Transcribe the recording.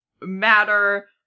matter